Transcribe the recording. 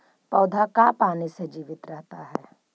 पौधा का पाने से जीवित रहता है?